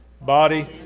body